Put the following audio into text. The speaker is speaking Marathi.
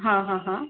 हा हा हा